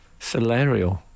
salarial